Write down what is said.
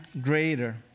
greater